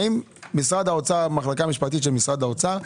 באים המחלקה המשפטית של משרד האוצר,